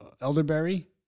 Elderberry